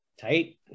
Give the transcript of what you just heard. Tight